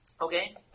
Okay